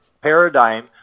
paradigm